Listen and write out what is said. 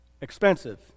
Expensive